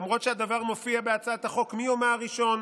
למרות שהדבר מופיע בהצעת החוק מיומה הראשון,